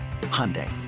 Hyundai